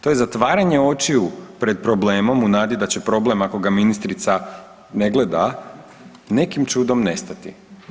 To je zatvaranje očiju pred problemom u nadi da će problem ako ga ministrica ne gleda nekim čudom nestati.